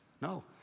No